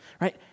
Right